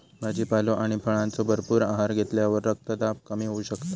भाजीपालो आणि फळांचो भरपूर आहार घेतल्यावर रक्तदाब कमी होऊ शकता